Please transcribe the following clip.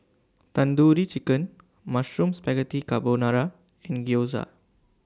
Tandoori Chicken Mushroom Spaghetti Carbonara and Gyoza